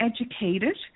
educated